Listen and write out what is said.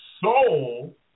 soul